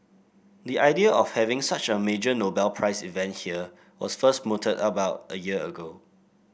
the idea of having such a major Nobel Prize event here was first mooted about a year ago